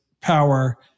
power